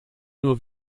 nur